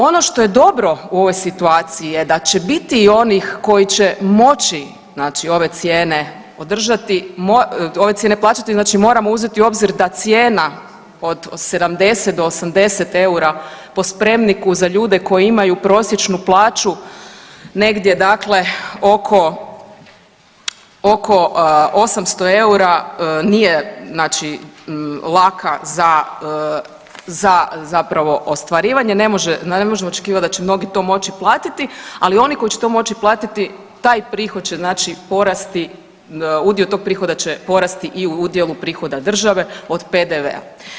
Ono što je dobro u ovoj situaciji je da će biti onih koji će moći znači ove cijene održati, ove cijene plaćati, znači moramo uzeti u obzir da cijena od 70 do 80 eura po spremniku za ljude koji imaju prosječnu plaću negdje dakle oko, oko 800 eura nije znači laka za, za zapravo ostvarivanje, ne može, ne možemo očekivati da će to mnogi moći platiti, ali oni koji će to moći platiti taj prihod će znači porasti, udio tog prihoda će porasti i u udjelu prihoda države od PDV-a.